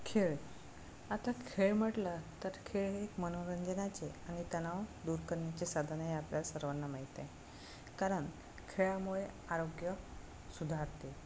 खेळ आता खेळ म्हटलं तर खेळ हे मनोरंजनाचे आणि तणाव दूर करण्याचे साधन हे आपल्या सर्वांना माहीत आहे कारण खेळामुळे आरोग्य सुधारते